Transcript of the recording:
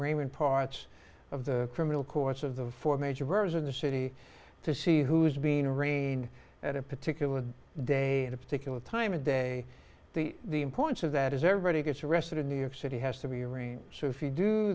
in parts of the criminal courts of the four major verbs in the city to see who's being arraigned at a particular day at a particular time of day the the importance of that is everybody gets arrested in new york city has to be arranged so if you do